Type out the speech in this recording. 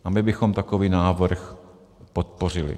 A my bychom takový návrh podpořili.